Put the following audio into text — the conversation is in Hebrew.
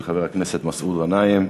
של חבר הכנסת מסעוד גנאים.